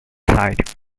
sight